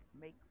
make